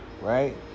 right